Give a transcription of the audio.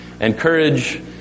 Encourage